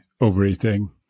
overeating